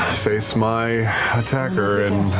face my attacker and a